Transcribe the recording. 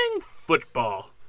football